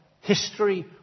history